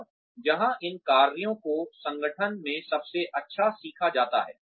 और जहां इन कार्यों को संगठन में सबसे अच्छा सीखा जाता है